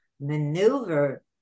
maneuver